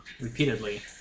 repeatedly